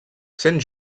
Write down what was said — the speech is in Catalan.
sent